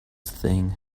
thing